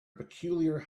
peculiar